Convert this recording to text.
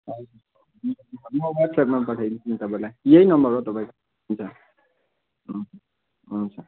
हजुर हुन्छ म वाट्सएपमा पठाइदिन्छु नि तपाईँलाई यही नम्बर हो तपाईँको हुन्छ हुन्छ हुन्छ